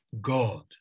God